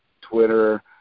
Twitter